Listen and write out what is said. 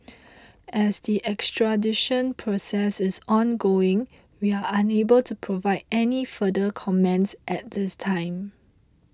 as the extradition process is ongoing we are unable to provide any further comments at this time